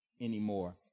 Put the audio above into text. anymore